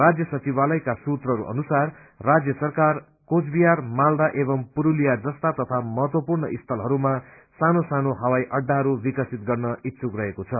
राजय सचिवालयका सूत्रहरू अनुसार राज्य सरकार कोचबिहार मालदा एवम् पुरूलिया जस्ता तथा महतवपूर्ण स्थलहरूमा सानो सानो हवाई अड्डाहरू विकसीत गर्न इच्छुक रहेको छ